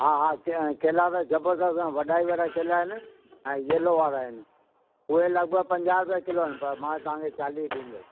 हा हा क केला त जबरदस्तु ऐं वॾा ई वॾा केला आहिनि ऐं येलो वारा आहिनि उहे लॻभॻि पंजाह रुपिया किलो आहिनि पर मां तव्हांखे चालीह ॾींदसि